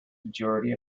majority